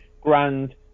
grand